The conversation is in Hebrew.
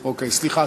סליחה,